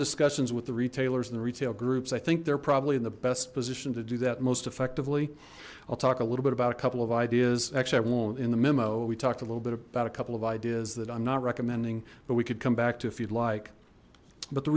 discussions with the retailers and the retail groups i think they're probably in the best position to do that most effectively i'll talk a little bit about a couple of ideas actually i won't in the memo we talked a little bit about a couple of ideas that i'm not recommending but we could come back to if you'd like but the